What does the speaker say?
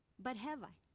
but have i?